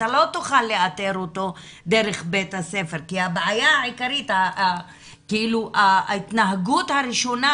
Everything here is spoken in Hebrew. אתה לא תוכל לאתר אותם דרך בית הספר כי ההתנהגות הראשונה